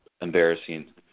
embarrassing